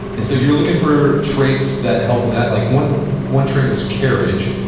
and so you're looking for traits that help in that. like one one trait was carriage,